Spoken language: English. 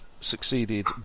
succeeded